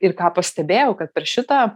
ir ką pastebėjau kad per šitą